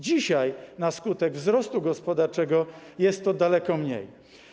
Dzisiaj na skutek wzrostu gospodarczego jest to daleko mniej.